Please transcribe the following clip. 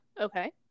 Okay